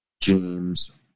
james